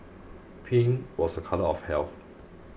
pink was a colour of health